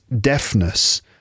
deafness